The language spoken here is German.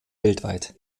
weltweit